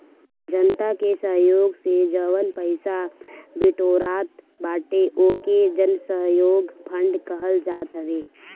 जनता के सहयोग से जवन पईसा बिटोरात बाटे ओके जनसहयोग फंड कहल जात हवे